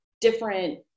different